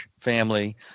family